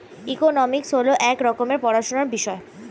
economics হল এক রকমের পড়াশোনার বিষয়